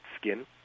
skin